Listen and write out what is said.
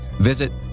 visit